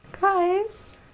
Guys